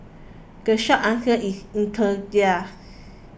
the short answer is inertia